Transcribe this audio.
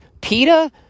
PETA